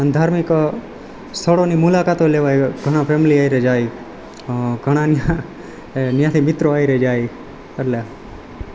અને ધાર્મિક સ્થળોની મુલાકાતો લેવાય ઘણાં ફેમલી હારે જાય ઘણાં ત્યાં ત્યાંથી મિત્રો હારે જાય એટલે